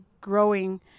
growing